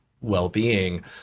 well-being